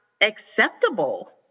acceptable